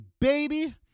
baby